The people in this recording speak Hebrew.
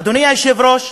אדוני היושב-ראש,